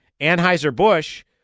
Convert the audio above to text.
Anheuser-Busch